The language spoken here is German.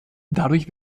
dadurch